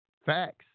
facts